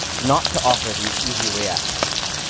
not to offer these easy reactions,